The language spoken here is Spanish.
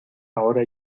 ahora